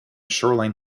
shoreline